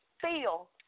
feel